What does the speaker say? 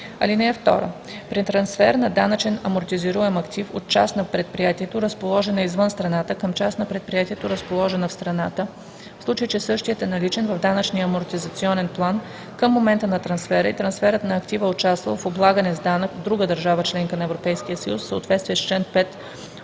(2) При трансфер на данъчен амортизируем актив от част на предприятието, разположена извън страната, към част на предприятието, разположена в страната, в случай че същият е наличен в данъчния амортизационен план към момента на трансфера и трансферът на актива е участвал в облагане с данък в друга държава – членка на Европейския съюз, в съответствие с чл. 5 от